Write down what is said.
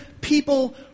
people